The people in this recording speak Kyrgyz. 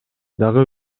дагы